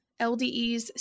LDEs